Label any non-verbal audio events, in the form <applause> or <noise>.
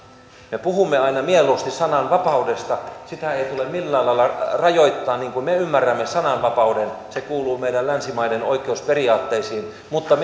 me puhumme aina mieluusti sananvapaudesta sitä ei ei tule millään lailla rajoittaa niin kuin me ymmärrämme sananvapauden se kuuluu länsimaiden oikeusperiaatteisiin mutta <unintelligible>